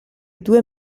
due